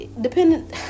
dependent